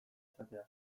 izatea